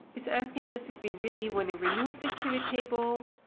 it's asking us if we really want to remove this pivottable.